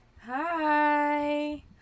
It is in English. Hi